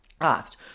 asked